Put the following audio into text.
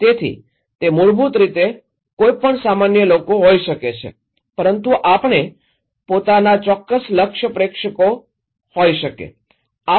તેથી તે મૂળભૂત રીતે કોઈ પણ સામાન્ય લોકો હોઈ શકે છે પરંતુ આપણે તેમાંના ચોક્કસ લક્ષ્ય પ્રેક્ષકો હોઈ શકીએ છીએ